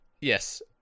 Yes